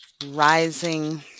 rising